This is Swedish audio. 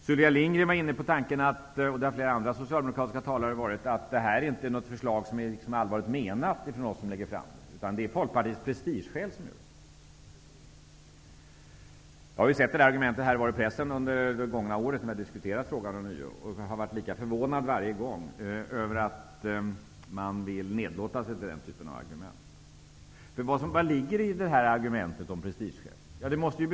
Sylvia Lindgren var, liksom många andra socialdemokratiska talare, inne på tanken att det här förslaget inte är allvarligt menat från oss som lägger fram det, utan att det är prestigeskäl som ligger bakom. Jag har under det gångna året sett det där argumentet här och var i pressen i samband med att frågan diskuterats, och jag har varje gång blivit lika förvånad över att man vill nedlåta sig till den typen av argument. Vad är det som ligger i argumentet om att det är prestigeskäl som ligger bakom?